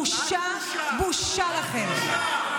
בושה, בושה לכם.